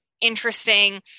interesting